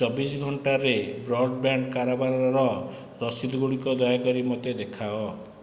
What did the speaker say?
ଚବିଶ ଘଣ୍ଟାରେ ବ୍ରଡ଼୍ବ୍ୟାଣ୍ଡ୍ କାରବାରର ରସିଦଗୁଡ଼ିକ ଦୟାକରି ମୋତେ ଦେଖାଅ